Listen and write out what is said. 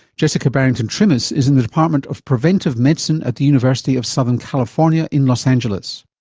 jessica barrington-trimmis is in the department of preventive medicine at the university of southern california in los angeles.